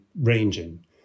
ranging